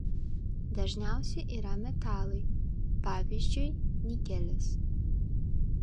dažniausiai yra metalai pavyzdžiui nikelis